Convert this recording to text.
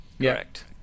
correct